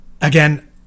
Again